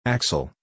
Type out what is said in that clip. Axel